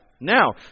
now